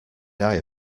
die